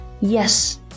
Yes